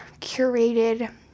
curated